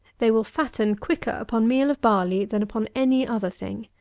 they will fatten quicker upon meal of barley than upon any other thing.